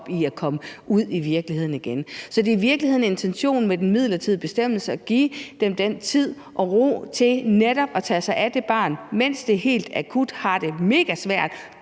i at komme ud i virkeligheden igen. Så det er i virkeligheden intentionen med den midlertidige bestemmelse at give dem den tid og ro til netop at tage sig af det barn, mens det helt akut har det megasvært,